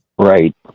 Right